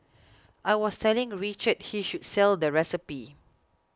I was telling Richard he should sell the recipe